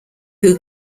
who